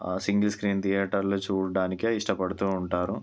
single screen థియేటర్లో చూడడానికే ఇష్టపడుతూ ఉంటారు